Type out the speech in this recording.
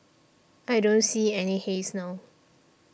I don't see any haze now